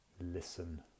Listen